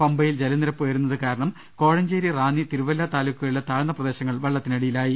പമ്പയിൽ ജലനിരപ്പ് ഉയരുന്നത് കാരണം കോഴഞ്ചേരി റാന്നി തിരുവല്ല താലൂക്കുകളിലെ താഴ്ന്ന പ്രദേശങ്ങൾ വെള്ളത്തിനടിയിലായി